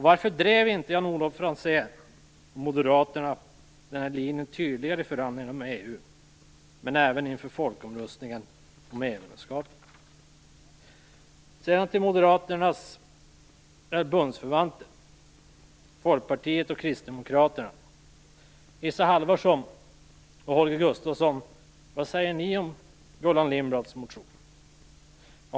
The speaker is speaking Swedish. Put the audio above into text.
Varför drev inte Jan-Olof Franzén och Moderaterna denna linje tydligare i förhandlingarna med EU, och även inför folkomröstningen om EU Jag vill sedan ställa en fråga till Moderaternas bundsförvanter Folkpartiet och Kristdemokraterna. Gullan Lindblads motion?